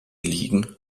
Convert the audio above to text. liegen